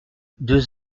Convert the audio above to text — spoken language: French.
deux